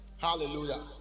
Hallelujah